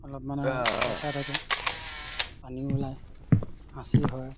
অলপ মানে চেৰচেৰাই থাকে পানীও ওলায় হাঁচি হয়